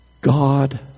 God